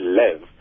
live